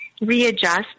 readjust